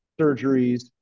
surgeries